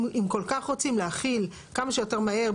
אם כל כך רוצים להחיל כמה שיותר מהר,